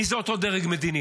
מי זה אותו דרג מדיני?